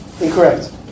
Incorrect